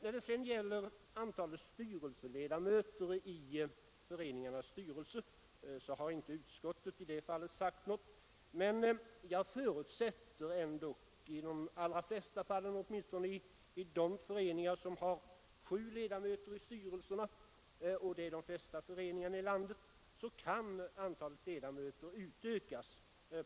När det gäller antalet styrelseledamöter i föreningarnas styrelser har utskottet inte sagt något, men jag förutsätter att i de flesta fallen — åtminstone i alla de föreningar som nu har sju ledamöter i styrelserna — och det har de flesta föreningarna i landet — kan antalet ledamöter utökas.